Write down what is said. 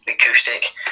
acoustic